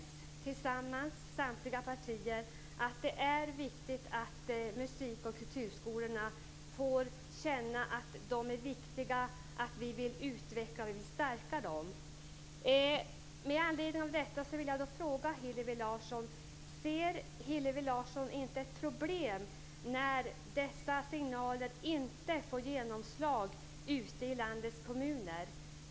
Samtliga partier var överens om att det är viktigt att musik och kulturskolorna får känna att de är viktiga och att vi vill utveckla och stärka dem. Med anledning av detta vill jag fråga Hillevi Larsson om hon inte anser att det är ett problem när dessa signaler inte får genomslag ute i landets kommuner.